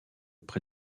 près